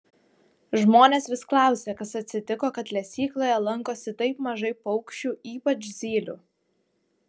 žmonės vis klausia kas atsitiko kad lesykloje lankosi taip mažai paukščių ypač zylių